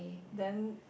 then